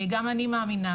גם אני מאמינה,